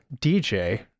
DJ